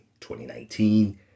2019